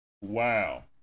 Wow